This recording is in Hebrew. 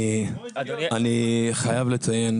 אני חייב לציין,